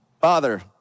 Father